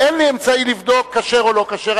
אין לי אמצעי לבדוק כשר או לא כשר.